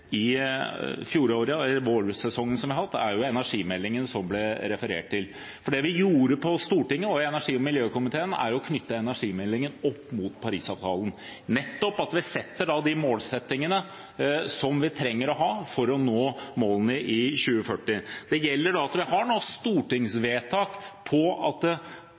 i fjoråret og vårsesjonen, er energimeldingen, som det ble referert til. Det vi gjorde på Stortinget og i energi- og miljøkomiteen, var å knytte energimeldingen opp mot Paris-avtalen, og vi satte de målsettingene som vi trenger å ha for å nå målene i 2040. Det handler om at vi har stortingsvedtak om at